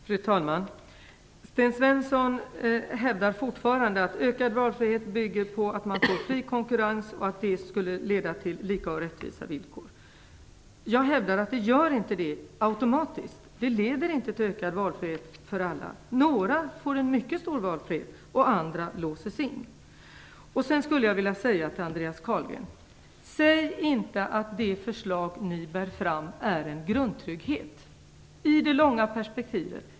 Fru talman! Sten Svensson hävdar fortfarande att ökad valfrihet bygger på fri konkurrens. Det skulle leda till lika och rättvisa villkor. Jag hävdar att det inte automatiskt gör det. Det leder inte till en ökad valfrihet för alla. Några får en mycket stor valfrihet. Andra låses in. Andreas Carlgren! Säg inte att det förslag som ni bär fram innebär en grundtrygghet i det långa perspektivet!